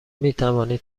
میتوانید